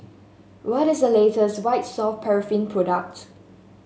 what is the latest White Soft Paraffin product